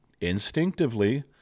instinctively